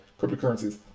cryptocurrencies